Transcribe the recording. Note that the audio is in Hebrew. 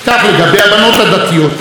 ויש רבות כאלה,